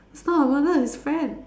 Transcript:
it's not her mother it's friend